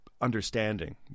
understanding